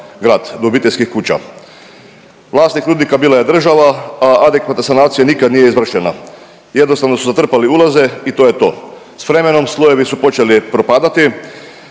grad, do obiteljskih kuća. Vlasnik rudnika bila je država, a adekvatna sanacija nikad nije izvršena. Jednostavno su zatrpali ulaze i to je to. S vremenom, slojevi su počeli propadati